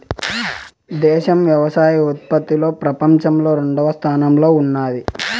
దేశం వ్యవసాయ ఉత్పత్తిలో పపంచంలో రెండవ స్థానంలో ఉన్నాది